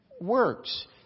works